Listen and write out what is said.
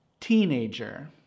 teenager